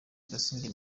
kasinge